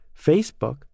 Facebook